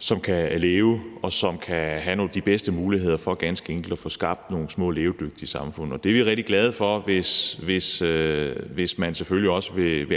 som kan leve, og som kan have de bedste muligheder for ganske enkelt at få skabt nogle små levedygtige samfund. Vi er selvfølgelig rigtig glade, hvis man i de andre partier også vil